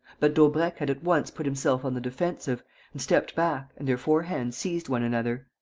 but daubrecq had at once put himself on the defensive and stepped back and their four hands seized one another.